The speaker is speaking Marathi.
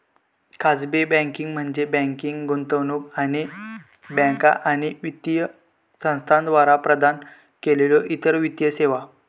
खाजगी बँकिंग म्हणजे बँकिंग, गुंतवणूक आणि बँका आणि वित्तीय संस्थांद्वारा प्रदान केलेल्यो इतर वित्तीय सेवा